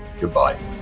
Goodbye